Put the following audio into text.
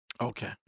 Okay